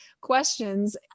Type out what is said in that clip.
questions